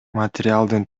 материалдын